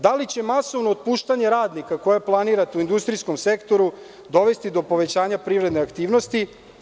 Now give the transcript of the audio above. Da li će masovno otpuštanje radnika koje planirate u industrijskom sektoru dovesti do povećanja privredne aktivnosti?